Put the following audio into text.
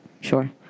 sure